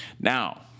Now